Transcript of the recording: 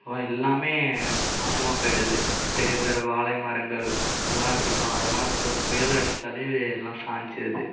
எல்லாமே நாசமாக போய்விடுது பெரிய பெரிய வாழை மரங்கள் எல்லாம் இருக்கட்டும் அதெல்லாம் ஒரு புயல் அடித்தாலே எல்லாம் சாஞ்சிடுது